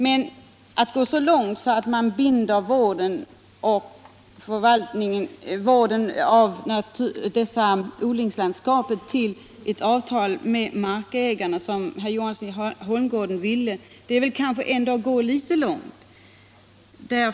Men att binda vården av dessa odlingslandskap till ett avtal med markägarna, såsom herr Johansson i Holmgården ville, är kanske att gå litet väl långt.